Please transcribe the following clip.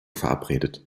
verabredet